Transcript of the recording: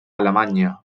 alemanya